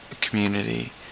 community